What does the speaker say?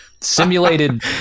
simulated